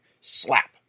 Slap